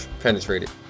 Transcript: penetrated